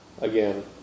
again